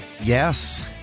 yes